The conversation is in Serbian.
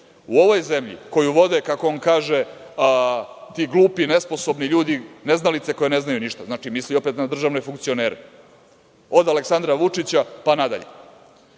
U ovoj zemlji koju vode, kako on kaže – ti, glupi, nesposobni ljudi, neznalice koje ne znaju ništa, znači, misli opet na državne funkcionere, od Aleksandra Vučića pa nadalje,